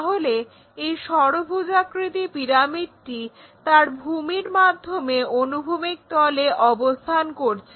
তাহলে এই ষড়ভুজাকৃতি পিরামিডটি তার ভূমির মাধ্যমে অনুভূমিক তলে অবস্থান করছে